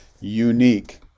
unique